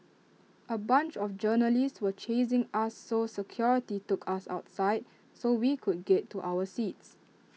A bunch of journalists were chasing us so security took us outside so we could get to our seats